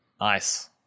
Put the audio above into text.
Nice